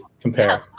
compare